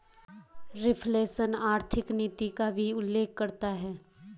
reflation आर्थिक नीति का भी उल्लेख करता है